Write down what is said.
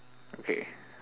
okay